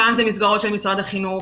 ופעם זה מסגרות של משרד החינוך,